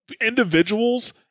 individuals